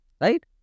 Right